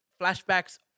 flashbacks